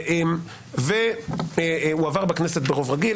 הוא עבר בכנסת ברוב רגיל,